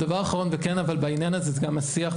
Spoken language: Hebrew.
ודבר אחרון, וכן אבל בעניין הזה, זה גם השיח.